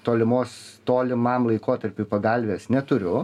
tolimos tolimam laikotarpiui pagalvės neturiu